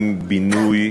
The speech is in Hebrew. עם בינוי.